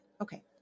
okay